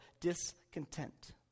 discontent